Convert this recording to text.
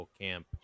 camp